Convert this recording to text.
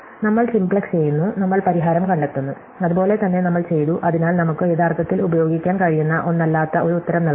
നമ്മൾ സിംപ്ലക്സ് ചെയ്യുന്നു നമ്മൾ പരിഹാരം കണ്ടെത്തുന്നു അതുപോലെ തന്നെ നമ്മൾ ചെയ്തു അതിനാൽ നമുക്ക് യഥാർത്ഥത്തിൽ ഉപയോഗിക്കാൻ കഴിയുന്ന ഒന്നല്ലാത്ത ഒരു ഉത്തരം നൽകാം